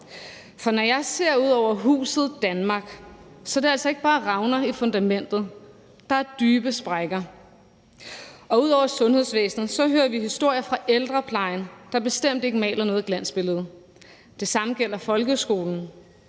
For når jeg ser ud over huset Danmark, er der altså ikke bare revner i fundamentet, der er dybe sprækker. Og ud over fra sundhedsvæsenet hører vi historier fra ældreplejen, der bestemt ikke maler noget glansbillede. Det samme gælder folkeskolen,